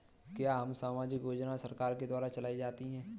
क्या सामाजिक योजना सरकार के द्वारा चलाई जाती है?